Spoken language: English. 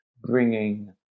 bringing